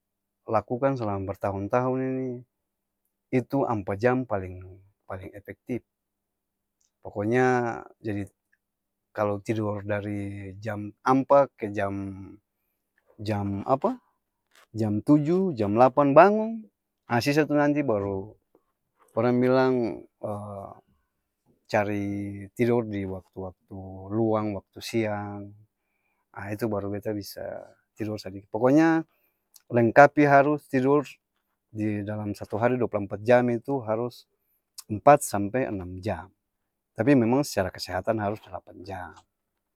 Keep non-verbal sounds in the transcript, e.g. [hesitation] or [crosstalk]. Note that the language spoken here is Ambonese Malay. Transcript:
Lakukan selama bertahun-tahun ini, itu ampa jam paling paling-epektip, poko nya jadi kalo tidor dari jam ampa ke jam jam-apa? [hesitation] jam tuju jam lapan bangong, ha sisa itu nanti baru orang bilang [hesitation] cari tidor di waktu-waktu luang waktu siang, aa itu baru beta bisa tidor sadiki, poko nya lengkapi harus tidur di dalam satu hari dua pulu ampat jam itu harus empat sampe enam jam, tapi memang secara kesehatan harus delapan jam.